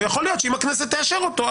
ויכול להיות שאם הכנסת תאשר אותו,